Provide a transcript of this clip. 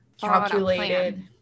calculated